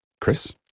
Chris